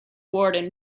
warden